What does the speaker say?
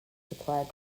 supplied